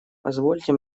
позвольте